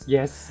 Yes